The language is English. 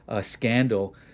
scandal